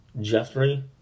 Jeffrey